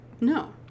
No